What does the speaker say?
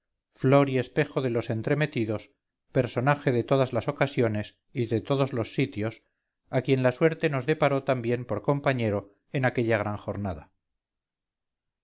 flor y espejo de los entremetidos personaje de todas las ocasiones y de todos los sitios a quien la suerte nos deparó también por compañero en aquella gran jornada